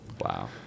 Wow